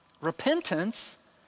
Repentance